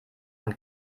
man